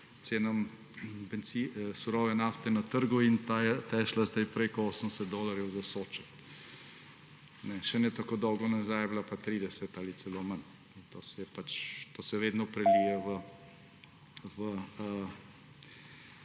cenam surove nafte na trgu in ta je šla sedaj preko 80 dolarjev za sodček. Še ne tako dolgo nazaj je bila pa 30 ali celo manj, in to se vedno prelije v